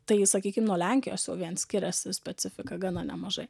tai sakykim nuo lenkijos jau vien skiriasi specifika gana nemažai